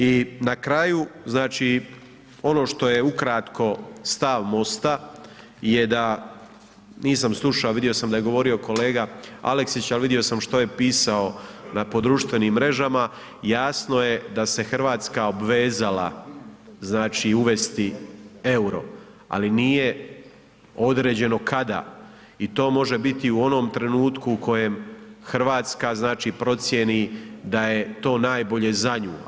I na kraju znači ono što je ukratko stav MOST-a je da nisam sluša a vidio sam da je govorio kolega Aleksić ali vidio sam što je pisao po društvenim mrežama, jasno je da se Hrvatska obvezala, znači uvesti euro ali nije određeno kada i to može biti u onom trenutku kada Hrvatska znači procjeni da je to najbolje za nju.